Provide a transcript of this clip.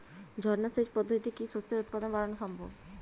ঝর্না সেচ পদ্ধতিতে কি শস্যের উৎপাদন বাড়ানো সম্ভব?